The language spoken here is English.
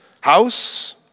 house